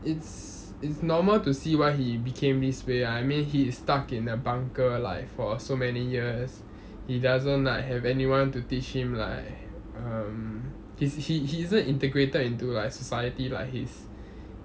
it's it's normal to see why he became this way ah I mean he is stuck in a bunker like for so many years he doesn't like anyone to teach him like um he he he isn't integrated into like society like his